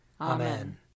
Amen